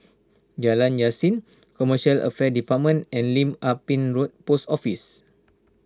Jalan Yasin Commercial Affairs Department and Lim Ah Pin Road Post Office